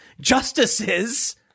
justices